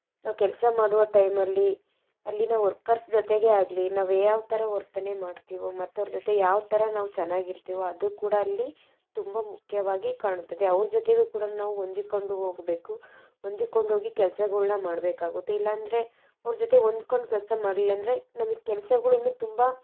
ನಾವು ಕೆಲಸ ಮಾಡುವ ಟೈಮಲ್ಲಿ ಅಲ್ಲಿನ ವರ್ಕರ್ಸ್ ಜೊತೆಗೆ ಆಗಲಿ ನಾವು ಯಾವಥರ ವರ್ತನೆ ಮಾಡ್ತೀವೋ ಮತ್ತು ಅವ್ರ ಜೊತೆ ಯಾವಥರ ನಾವು ಚೆನ್ನಾಗಿ ಇರ್ತೀವೋ ಅದು ಕೂಡ ಅಲ್ಲಿ ತುಂಬ ಮುಖ್ಯವಾಗಿ ಕಾಣುತ್ತದೆ ಅವ್ರ ಜೊತೆಗು ಕೂಡ ನಾವು ಹೊಂದಿಕೊಂಡು ಹೋಗ ಬೇಕು ಹೊಂದಿಕೊಂಡೋಗಿ ಕೆಲಸಗಳನ್ನ ಮಾಡಬೇಕಾಗುತ್ತೆ ಇಲ್ಲ ಅಂದರೆ ಅವ್ರ ಜೊತೆ ಹೊಂದ್ಕೊಂಡ್ ಕೆಲಸ ಮಾಡಲಿಲ್ಲ ಅಂದರೆ ನಮಗೆ ಕೆಲಸಗಳನ್ನ ತುಂಬ